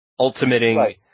ultimating